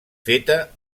feta